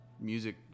music